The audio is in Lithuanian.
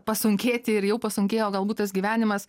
pasunkėti ir jau pasunkėjo galbūt tas gyvenimas